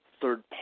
third